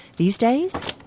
these days